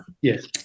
Yes